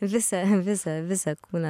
visą visą visą kūną